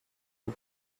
out